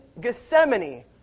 Gethsemane